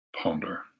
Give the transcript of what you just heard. ponder